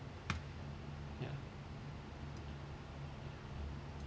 ya